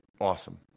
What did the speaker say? awesome